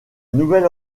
nouvelle